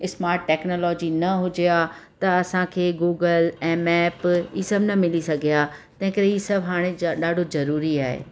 smart technology न हुजे आहे त असांखे गूगल ऐं मैप ई सभ न मिली सघे आ्हे तंहिं करे इहे सभु हाणे ॾाढो ज़रूरी आहे